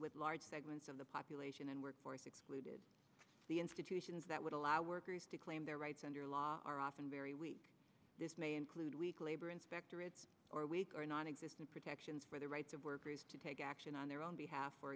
with large segments of the population and workforce excluded the institutions that would allow workers to claim their rights under law are often very weak this may include weak labor inspectorate or weak or nonexistent protections for the rights of workers to take action on their own behalf